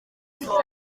zombi